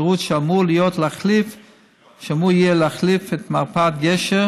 שירות שאמור יהיה להחליף את מרפאת גשר